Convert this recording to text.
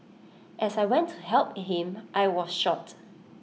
as I went to help him I was shot